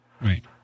Right